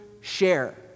share